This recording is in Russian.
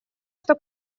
что